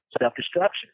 self-destruction